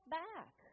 back